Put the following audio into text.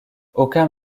aucun